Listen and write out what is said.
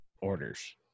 orders